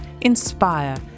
inspire